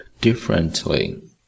differently